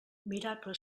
miracle